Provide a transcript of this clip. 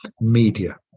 media